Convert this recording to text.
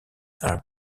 are